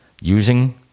using